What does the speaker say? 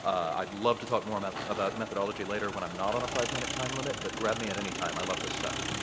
i'd love to talk more about about methodology later when i'm not on a five minute time limit, but grab me anytime. i love this stuff.